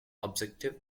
objective